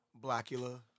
Blackula